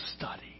study